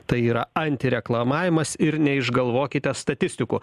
tai yra antireklamavimas ir neišgalvokite statistikų